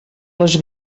les